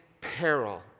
peril